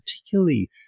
particularly